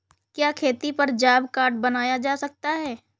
क्या खेती पर जॉब कार्ड बनवाया जा सकता है?